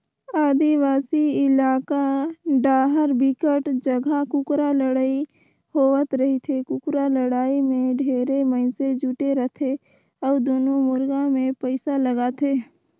आदिवासी इलाका डाहर बिकट जघा कुकरा लड़ई होवत रहिथे, कुकरा लड़ाई में ढेरे मइनसे जुटे रथे अउ दूनों मुरगा मे पइसा लगाथे